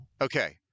okay